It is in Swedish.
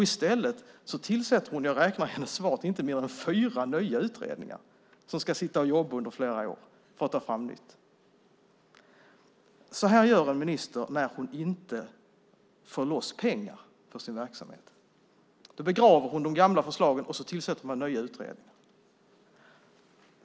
I stället tillsätter hon - jag räknade i hennes svar - inte mindre än fyra nya utredningar som ska jobba under flera år för att ta fram något nytt. Så här gör en minister när hon inte får loss pengar för sin verksamhet. Då begraver hon de gamla förslagen och tillsätter nya utredningar.